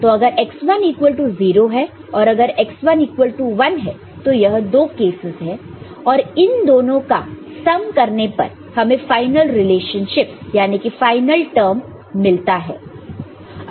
तो अगर x1 equal to 0 है और अगर x1 इक्वल टू 1 है तो यह दो कैसस हैं और इन दोनों का सम करने पर हमें फाइनल रिलेशनशिप यानी कि फाइनल टर्म मिलता है